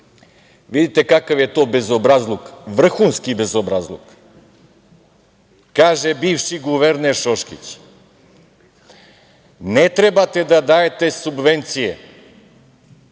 štetne. Vidite kakav je to bezobrazluk, vrhunski bezobrazluk. Kaže bivši guverner Šoškić: „Ne treba da dajete subvencije